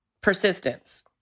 persistence